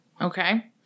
Okay